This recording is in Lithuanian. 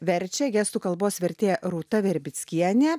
verčia gestų kalbos vertė rūta verbickienė